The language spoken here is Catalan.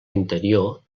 interior